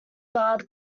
bard